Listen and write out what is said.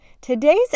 Today's